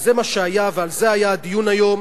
וזה מה שהיה ועל זה היה הדיון היום,